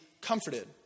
comforted